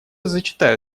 зачитаю